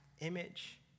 image